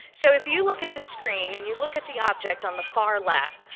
so if you look at the screen and you look at the object on the far left,